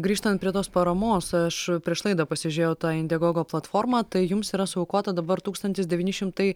grįžtant prie tos paramos aš prieš laidą pasižiūrėjau tą indigogo platformą tai jums yra suaukota dabar tūkstantis devyni šimtai